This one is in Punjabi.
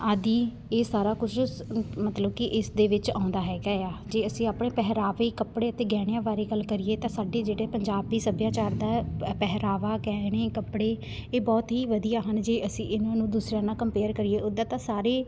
ਆਦਿ ਇਹ ਸਾਰਾ ਕੁਝ ਮਤਲਬ ਕਿ ਇਸ ਦੇ ਵਿੱਚ ਆਉਂਦਾ ਹੈਗਾ ਹੈ ਆ ਜੇ ਅਸੀਂ ਆਪਣੇ ਪਹਿਰਾਵੇ ਕੱਪੜੇ ਅਤੇ ਗਹਿਣਿਆਂ ਬਾਰੇ ਗੱਲ ਕਰੀਏ ਤਾਂ ਸਾਡੇ ਜਿਹੜੇ ਪੰਜਾਬੀ ਸੱਭਿਆਚਾਰ ਦਾ ਪਹਿਰਾਵਾ ਗਹਿਣੇ ਕੱਪੜੇ ਇਹ ਬਹੁਤ ਹੀ ਵਧੀਆ ਹਨ ਜੇ ਅਸੀਂ ਇਹਨਾਂ ਨੂੰ ਦੂਸਰਿਆਂ ਨਾਲ ਕੰਪੇਅਰ ਕਰੀਏ ਉੱਦਾਂ ਤਾਂ ਸਾਰੇ